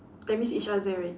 that means each other right